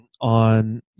on